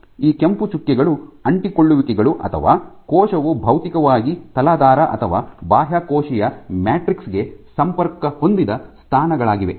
ಈ ಕೆಂಪು ಚುಕ್ಕೆಗಳು ಅಂಟಿಕೊಳ್ಳುವಿಕೆಗಳು ಅಥವಾ ಕೋಶವು ಭೌತಿಕವಾಗಿ ತಲಾಧಾರ ಅಥವಾ ಬಾಹ್ಯಕೋಶೀಯ ಮ್ಯಾಟ್ರಿಕ್ಸ್ ಗೆ ಸಂಪರ್ಕ ಹೊಂದಿದ ಸ್ಥಾನಗಳಾಗಿವೆ